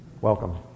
Welcome